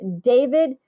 David